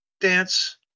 dance